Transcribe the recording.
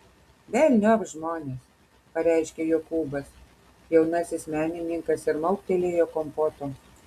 velniop žmones pareiškė jokūbas jaunasis menininkas ir mauktelėjo kompoto